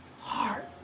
heart